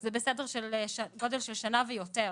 זה בסדר גודל של שנה ויותר.